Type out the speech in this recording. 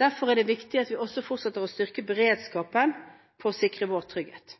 Derfor er det viktig at vi også fortsetter å styrke beredskapen for å sikre vår trygghet.